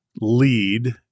lead